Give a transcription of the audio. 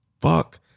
fuck